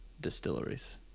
distilleries